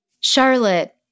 Charlotte